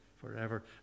forever